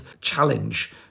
challenge